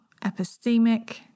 epistemic